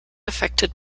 affected